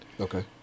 Okay